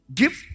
give